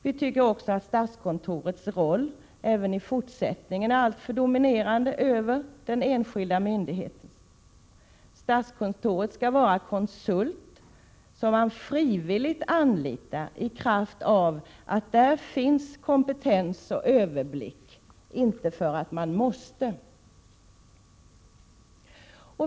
Vi tycker att statskontorets roll även i fortsättningen är alltför dominerande över den enskilda myndigheten. Statskontoret skall vara en konsult som man frivilligt anlitar i kraft av dess kompetens och överblick, inte för att man måste.